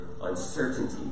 uncertainty